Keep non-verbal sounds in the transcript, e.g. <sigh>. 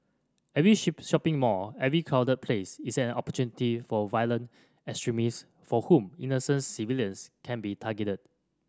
every <unintelligible> shopping mall every crowded place is an opportunity for violent extremists for whom innocent civilians can be targeted